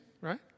right